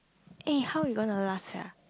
eh how you gonna last sia